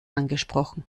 angesprochen